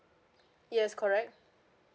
yes correct